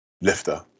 lifter